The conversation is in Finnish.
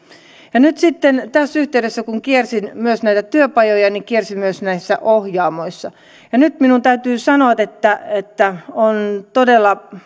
ja nyt sitten tässä yhteydessä kun kiersin näitä työpajoja kiersin myös näissä ohjaamoissa ja nyt minun täytyy sanoa että olen todella